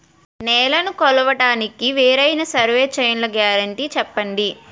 నేలనీ కొలవడానికి వేరైన సర్వే చైన్లు గ్యారంటీ చెప్పండి?